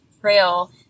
Trail